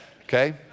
okay